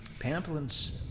Pamplin's